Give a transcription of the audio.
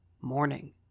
Morning